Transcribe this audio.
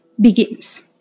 begins